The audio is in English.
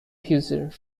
future